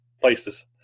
places